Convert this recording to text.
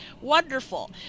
wonderful